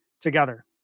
together